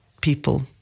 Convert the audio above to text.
people